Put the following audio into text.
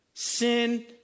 Sin